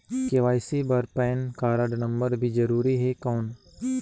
KYC बर PAN card number भी जरूरी हे कौन?